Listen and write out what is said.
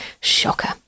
shocker